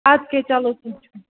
اَدٕ کیٛاہ چلو کیٚنٛہہ چھُ نہٕ